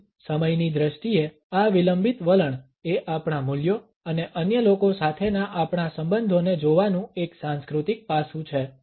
તેથી સમયની દ્રષ્ટિએ આ વિલંબિત વલણ એ આપણા મૂલ્યો અને અન્ય લોકો સાથેના આપણા સંબંધોને જોવાનું એક સાંસ્કૃતિક પાસું છે